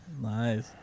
nice